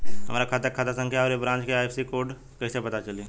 हमार खाता के खाता संख्या आउर ए ब्रांच के आई.एफ.एस.सी कोड कैसे पता चली?